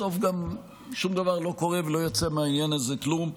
בסוף גם שום דבר לא קורה ולא יוצא מהעניין הזה כלום.